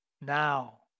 now